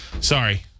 Sorry